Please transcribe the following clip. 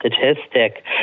statistic